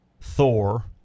Thor